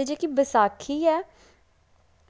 ते जेह्की बैसाखी ऐ